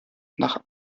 nach